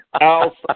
Al